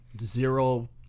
zero